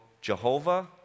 Jehovah